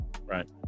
Right